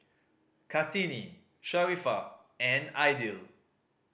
Kartini Sharifah and Aidil